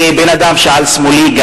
כבן-אדם שלשמאלי,